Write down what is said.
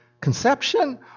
conception